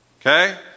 Okay